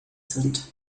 sind